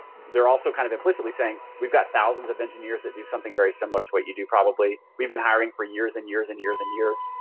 they're also kind of implicitly saying, we've got thousands of engineers that do something very similar to what you do probably. we've been hiring for years, and years, and years, and years.